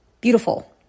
beautiful